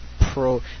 pro